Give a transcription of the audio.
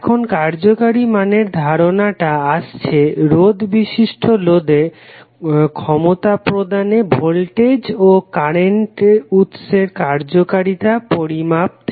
এখন কার্যকারী মানের ধারণাটা আসছে রোধ বিশিষ্ট লোডে ক্ষমতা প্রদানে ভোল্টেজ ও কারেন্ট উৎসের কার্যকারিতা পরিমাপ করা থেকে